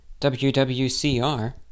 WWCR